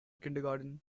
kindergarten